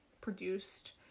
produced